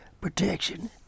protection